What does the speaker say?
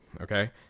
Okay